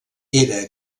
era